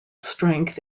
strength